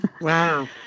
Wow